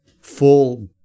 full